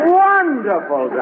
wonderful